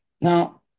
Now